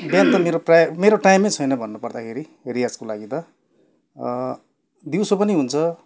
बिहान त मेरो प्रायः मेरो टाइमै छैन भन्नु पर्दाखेरि रियाजको लागि त दिउँसो पनि हुन्छ